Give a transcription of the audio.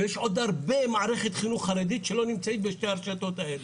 ויש עוד הרבה אנשים במערכת החינוך החרדית שלא נמצאים בשתי המערכות האלה,